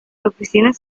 oficinas